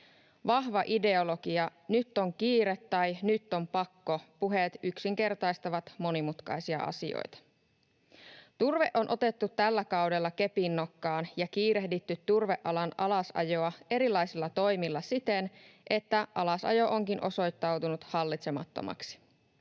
Vahva ideologia ja ”nyt on kiire”- tai ”nyt on pakko” ‑puheet yksinkertaistavat monimutkaisia asioita. Turve on otettu tällä kaudella kepinnokkaan, ja turvealan alasajoa on kiirehditty erilaisilla toimilla siten, että alasajo onkin osoittautunut hallitsemattomaksi.